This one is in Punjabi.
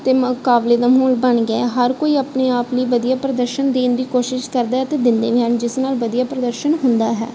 ਅਤੇ ਮੁਕਾਬਲੇ ਦਾ ਮਾਹੌਲ ਬਣ ਗਿਆ ਹਰ ਕੋਈ ਆਪਣੇ ਆਪ ਲਈ ਵਧੀਆ ਪ੍ਰਦਰਸ਼ਨ ਦੇਣ ਦੀ ਕੋਸ਼ਿਸ਼ ਕਰਦਾ ਹੈ ਅਤੇ ਦਿੰਦੇ ਵੀ ਹਨ ਜਿਸ ਨਾਲ ਵਧੀਆ ਪ੍ਰਦਰਸ਼ਨ ਹੁੰਦਾ ਹੈ